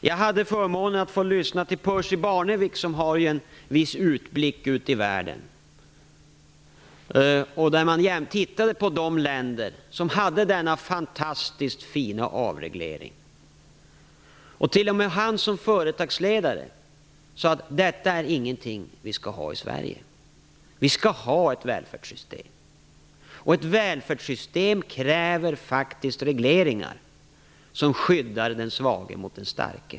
Jag hade förmånen att få lyssna till Percy Barnevik, som har en viss utblick i världen. Han tittade på de länder som hade denna fantastiskt fina avreglering. T.o.m. han som företagsledare sade: Detta är inte något vi skall ha i Sverige. Vi skall ha ett välfärdssystem. Ett välfärdssystem kräver faktiskt regleringar som skyddar den svage mot den starke.